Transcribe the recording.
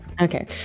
okay